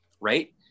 right